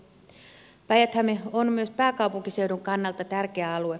päijät häme on myös pääkaupunkiseudun kannalta tärkeä alue